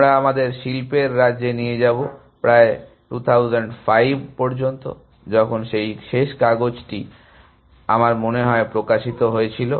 আমরা আমাদের শিল্পের রাজ্যে নিয়ে যাব প্রায় 2005 পর্যন্ত যখন সেই শেষ কাগজটি আমার মনে হয় প্রকাশিত হয়েছিল